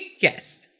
Yes